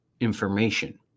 information